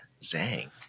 Zang